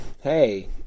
Hey